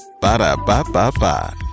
Ba-da-ba-ba-ba